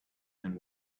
and